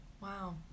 wow